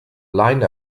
line